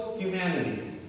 humanity